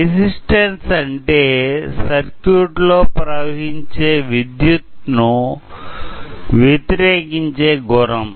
resistance అంటే circuit లో ప్రవహించే విద్యుత్ ను వ్యతిరేకించే గుణం